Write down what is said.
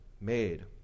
made